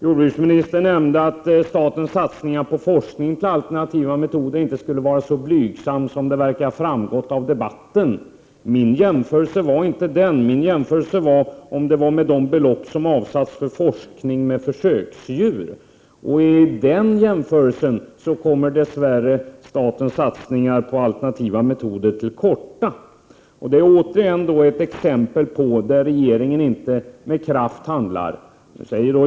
Jordbruksministern nämnde att statens satsningar på forskning med alternativa metoder inte skulle vara så blygsam som det verkar av debatten. Min jämförelse var inte den. Min jämförelse gällde de belopp som avsatts för forskning med försöksdjur. I den jämförelsen kommer dess värre statens satsningar på alternativa metoder till korta. Detta är återigen ett exempel på att regeringen inte handlar med kraft.